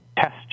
test